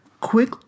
quick